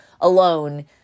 alone